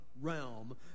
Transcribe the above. realm